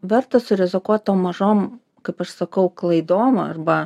verta surizikuot tom mažom kaip aš sakau klaidom arba